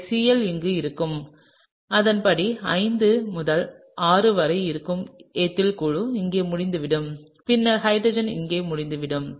எனவே Cl இங்கே இருக்கும் அதன் படி 5 முதல் 6 வரை இருக்கும் எத்தில் குழு இங்கே முடிந்துவிடும் பின்னர் ஹைட்ரஜன் இங்கே முடிந்துவிடும்